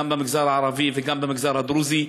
גם במגזר הערבי וגם במגזר הדרוזי.